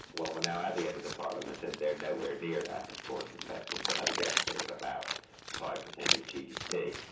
well, we are now at the end of the parliament and they're nowhere near that of course. in fact we still have a deficit of about five percent of gdp.